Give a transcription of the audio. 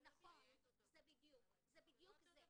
נכון, זה בדיוק זה.